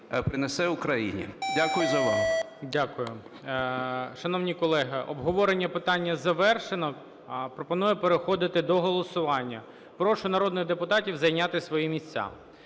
принесе Україні. Дякую за увагу.